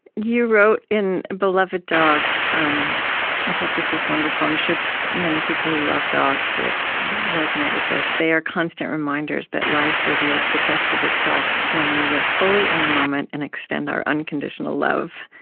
you wrote in beloved dog um i thought this was wonderful. i'm sure many people who love dogs will resonate with this they are constant reminders that life reveals the best of itself when we live fully in the moment and extend our unconditional love.